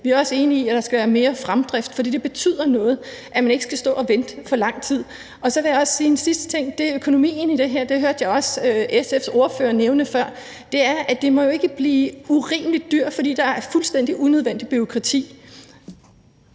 Vi er også enige i, at der skal være mere fremdrift, fordi det betyder noget, at man ikke skal stå og vente for lang tid. En sidste ting er økonomien i det her; det hørte jeg også SF's ordfører nævne før, og det må jo ikke blive urimelig dyrt, fordi der er et fuldstændig unødvendigt bureaukrati.